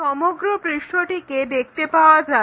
এই সমগ্র পৃষ্ঠটিকে দেখতে পাওয়া যাবে